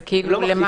אז למה?